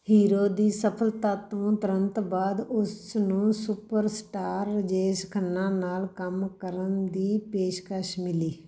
hero ਦੀ ਸਫ਼ਲਤਾ ਤੋਂ ਤੁਰੰਤ ਬਾਅਦ ਉਸ ਨੂੰ ਸੁਪਰਸਟਾਰ ਰਾਜੇਸ਼ ਖੰਨਾ ਨਾਲ ਕੰਮ ਕਰਨ ਦੀ ਪੇਸ਼ਕਸ਼ ਮਿਲੀ